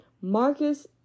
Marcus